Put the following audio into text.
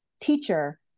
teacher